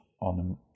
on